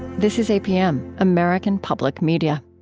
this is apm, american public media